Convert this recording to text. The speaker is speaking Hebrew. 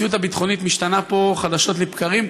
המציאות הביטחונית משתנה פה חדשות לבקרים,